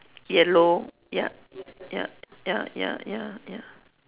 yellow ya ya ya ya ya